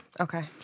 Okay